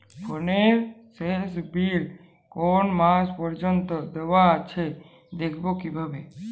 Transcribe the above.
ফোনের শেষ বিল কোন মাস পর্যন্ত দেওয়া আছে দেখবো কিভাবে?